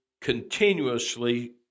continuously